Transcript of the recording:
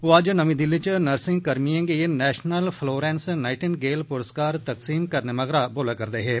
ओह् अज्ज नमीं दिल्ली च नर्सिंग कर्मिएं गी नेशनल फ्लोरेंस नाइटिंगेल पुरस्कार तकसीम करने मगरा बोलै रदे हे